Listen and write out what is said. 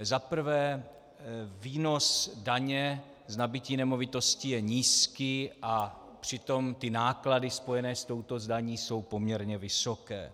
Za prvé, výnos daně z nabytí nemovitosti je nízký, a přitom náklady spojené se touto daní jsou poměrně vysoké.